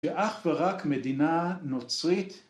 ‫שאך ורק מדינה נוצרית...